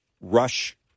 rush